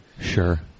Sure